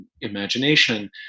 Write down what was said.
imagination